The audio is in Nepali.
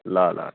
ल ल ल